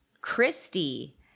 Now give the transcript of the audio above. Christy